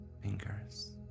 fingers